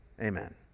Amen